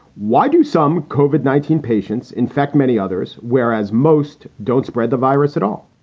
why do some kova nineteen patients infect many others, whereas most don't spread the virus at all?